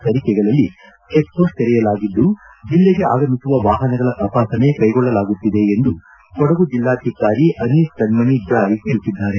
ಕರಿಕೆಗಳಲ್ಲಿ check post ತೆರೆಯಲಾಗಿದ್ದು ಜಿಲ್ಲೆಗೆ ಆಗಮಿಸುವ ವಾಹನಗಳ ತಪಾಸಣೆ ಕೈಗೊಳ್ಳಲಾಗುತ್ತಿದೆ ಎಂದು ಕೊಡಗು ಜಿಲ್ಲಾಧಿಕಾರಿ ಅನೀಸ್ ಕಣ್ಮಣಿ ಜಾಯ್ ತಿಳಿಸಿದ್ದಾರೆ